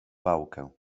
pałkę